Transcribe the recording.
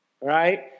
Right